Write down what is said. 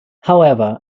however